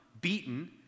beaten